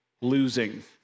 losing